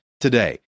today